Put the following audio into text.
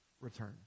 return